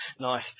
Nice